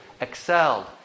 excelled